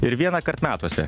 ir vienąkart metuose